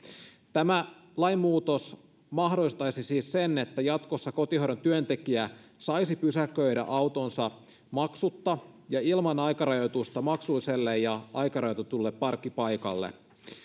tämä lainmuutos mahdollistaisi siis sen että jatkossa kotihoidon työntekijä saisi pysäköidä autonsa maksutta ja ilman aikarajoitusta maksulliselle ja aikarajoitetulle parkkipaikalle